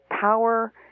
power